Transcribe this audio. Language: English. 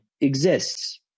exists